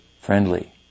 friendly